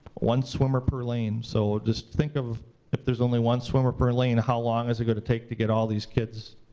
one swimmer per lane. so just think of, if there's only one swimmer per lane, how long is it gonna take to get all these kids